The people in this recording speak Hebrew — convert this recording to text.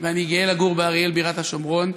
באריאל, ואני גאה לגור באריאל, בירת השומרון.